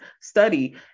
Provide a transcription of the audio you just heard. study